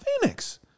Phoenix